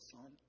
Son